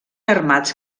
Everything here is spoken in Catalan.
armats